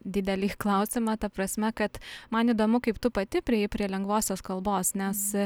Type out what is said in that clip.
didelį klausimą ta prasme kad man įdomu kaip tu pati priėjai prie lengvosios kalbos nes